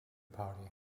party